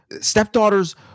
stepdaughter's